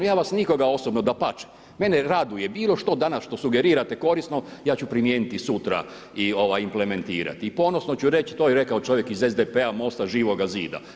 Ja vas nikoga osobno, dapače, mene raduje bilo što danas, što sugerirate korisno, ja ću primijeniti sutra i implementirati i ponosno ću reći to je rekao čovjek iz SPD-a, Mosta, Živoga zida.